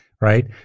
right